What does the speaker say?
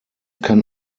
kann